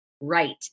right